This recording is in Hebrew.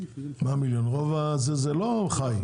מה 1 מיליון, רוב הזה זה לא חי?